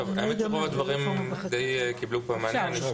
האמת שרוב הדברים די קיבלו פה מענה.